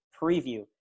preview